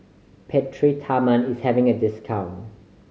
Peptamen is having a discount